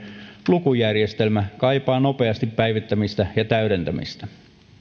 lukujärjestelmä kaipaa nopeasti päivittämistä ja täydentämistä